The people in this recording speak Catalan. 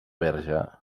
verge